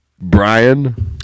Brian